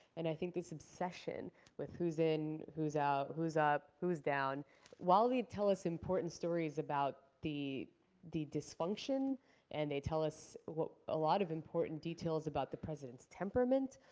and i think this obsession with who's in, and who's out, who's up, who's down while they tell us important stories about the the dysfunction and they tell us what a lot of important details about the president's temperament,